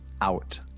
out